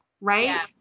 right